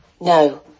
No